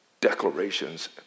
declarations